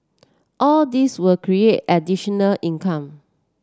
all these will create additional income